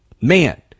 man